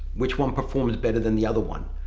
which one performs better than the other one?